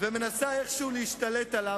ומנסה איכשהו להשתלט עליו,